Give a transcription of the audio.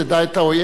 אז בשביל זה,